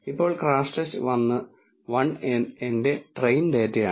ഇപ്പോൾ crashTest 1 എന്റെ train ഡാറ്റയാണ്